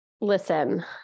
listen